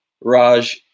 Raj